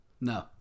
No